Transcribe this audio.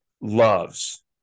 loves